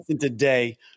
today